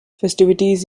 festivities